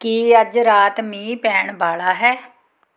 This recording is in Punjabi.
ਕੀ ਅੱਜ ਰਾਤ ਮੀਂਹ ਪੈਣ ਵਾਲਾ ਹੈ